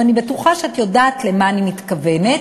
ואני בטוחה שאת יודעת למה אני מתכוונת: